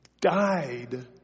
died